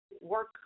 work